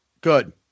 Good